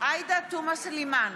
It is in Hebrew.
עאידה תומא סלימאן,